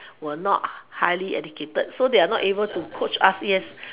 were not highly educated so they're not able to coach us in